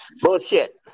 Bullshit